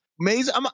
Amazing